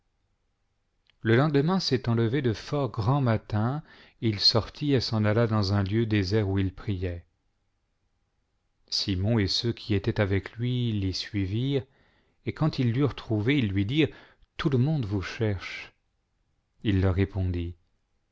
le lendemain s'étant levé de fort grand matin il sortit et s'en alla dans un lieu désert où il priait simon et ceux qui étaient avec lui l'y suivirent et quand ils l'eurent trouvé ils lui dirent tout le monde vous cherche il leur répondit